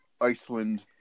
Iceland